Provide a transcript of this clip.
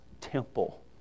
temple